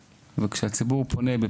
אנחנו פה בשביל הציבור עצמו.